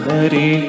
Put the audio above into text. Hari